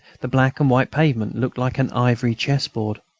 the black and white pavement looked like an ivory chessboard.